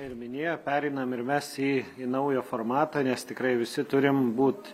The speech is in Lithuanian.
ir minėjo pereinam ir mes į į naują formatą nes tikrai visi turim būt